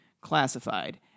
classified